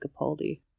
Capaldi